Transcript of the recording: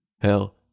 hell